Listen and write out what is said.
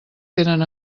tenen